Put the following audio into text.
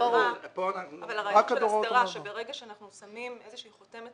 הוא שברגע שאנחנו שמים איזושהי חותמת